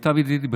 למיטב ידיעתי,